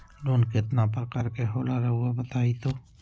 Loan कितने पारकर के होला रऊआ बताई तो?